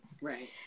Right